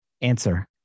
Answer